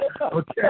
okay